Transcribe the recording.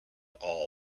all